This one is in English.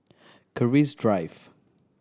Keris Drive